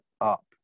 up